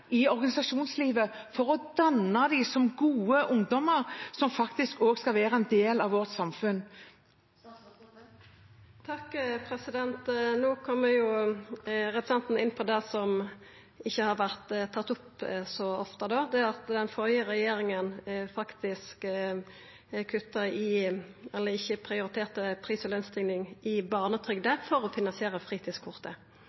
i organisasjonslivet, for å dannes til gode ungdommer som også skal være en del av vårt samfunn? No kom jo representanten inn på det som ikkje har vore tatt opp så ofte. Det er at den førre regjeringa faktisk ikkje prioriterte pris- og lønsstigning i